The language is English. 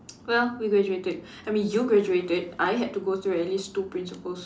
well we graduated I mean you graduated I had to go through at least two principals